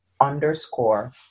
underscore